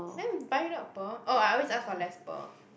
then buy without pearl oh I always ask for less pearl